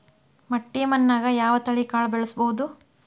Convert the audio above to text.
ಮಟ್ಟಿ ಮಣ್ಣಾಗ್, ಯಾವ ತಳಿ ಕಾಳ ಬೆಳ್ಸಬೋದು?